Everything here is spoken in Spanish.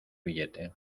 billete